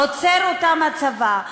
שעוצר אותם הצבא,